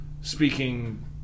speaking